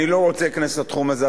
אני לא רוצה להיכנס לתחום הזה.